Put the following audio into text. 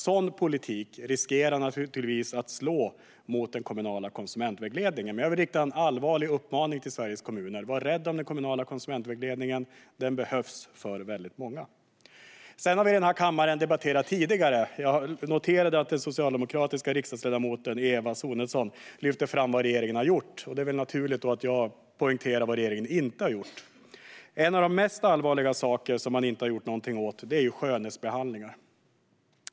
Sådan politik riskerar naturligtvis att slå mot den kommunala konsumentvägledningen. Jag vill rikta en allvarlig uppmaning till Sveriges kommuner: Var rädda om den kommunala konsumentvägledningen! Den behövs för väldigt många. Vi har debatterat tidigare i denna kammare. Jag noterade att den socialdemokratiska riksdagsledamoten Eva Sonidsson lyfte fram vad regeringen har gjort. Det är väl då naturligt att jag poängterar vad regeringen inte har gjort. En av de mest allvarliga saker som man inte har gjort någonting åt gäller skönhetsbehandlingar.